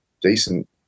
decent